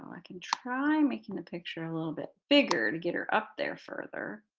i can try making the picture a little bit bigger to get her up there further.